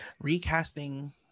recasting